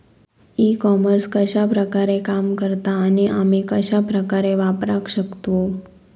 E commerce कश्या प्रकारे काम करता आणि आमी कश्या प्रकारे वापराक शकतू?